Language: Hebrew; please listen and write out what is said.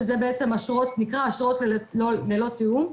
שזה אשרות ללא תיאום,